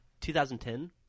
2010